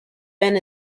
ben